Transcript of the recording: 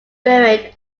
buried